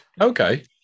Okay